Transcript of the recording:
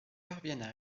parviennent